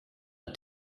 der